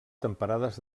temperades